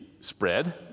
spread